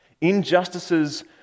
Injustices